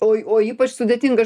o o ypač sudėtinga